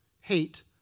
hate